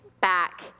back